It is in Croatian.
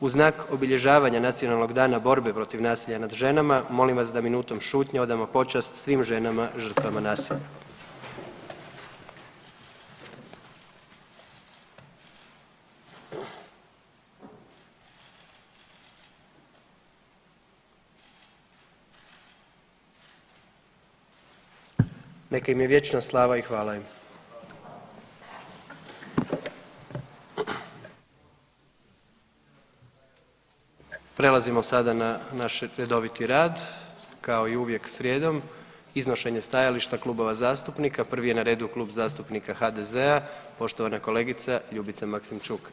U znak obilježavanja Nacionalnog dana borbe protiv nasilja nad ženama, molim vas da minutom šutnje odamo počast svim ženama žrtvama nasilja. - Minuta šutnje. –- Neka im je vječna slava i hvala im. - Prelazimo sada na naš redoviti rad, kao i uvijek srijedom iznošenje stajališta klubova zastupnika, prvi je na redu Klub zastupnika HDZ-a, poštovana kolegica Ljubica Maksimčuk.